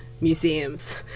museums